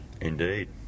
Indeed